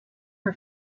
her